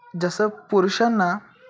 जसं पुरुषांना